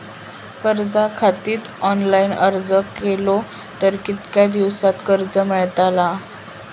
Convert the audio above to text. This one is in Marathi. कर्जा खातीत ऑनलाईन अर्ज केलो तर कितक्या दिवसात कर्ज मेलतला?